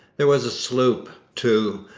there was a sloop, too,